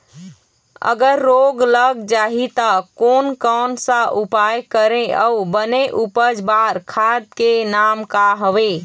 अगर रोग लग जाही ता कोन कौन सा उपाय करें अउ बने उपज बार खाद के नाम का हवे?